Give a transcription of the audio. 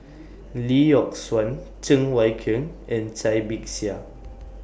Lee Yock Suan Cheng Wai Keung and Cai Bixia